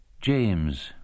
James